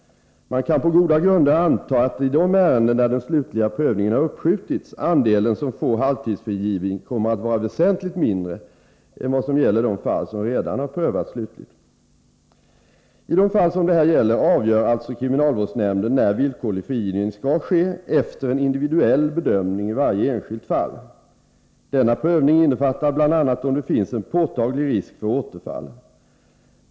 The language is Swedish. Man kan på goda grunder anta att i de ärenden där den slutliga prövningen har uppskjutits, andelen som får halvtidsfrigivning kommer att vara väsentligt mindre än vad gäller de fall som redan prövats slutligt. I de fall som det här gäller avgör alltså kriminalvårdsnämnden när villkorlig frigivning skall ske efter en individuell bedömning i varje enskilt fall. Denna prövning innefattar bl.a. om det finns en påtaglig risk för återfall.